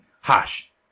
Hush